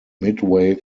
midway